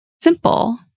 simple